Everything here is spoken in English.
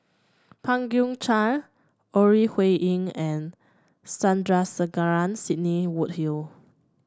Pang Guek Cheng Ore Huiying and Sandrasegaran Sidney Woodhull